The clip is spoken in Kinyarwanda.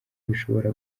bishobora